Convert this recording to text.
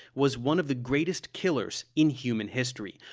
was one of the greatest killers in human history,